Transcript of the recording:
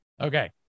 Okay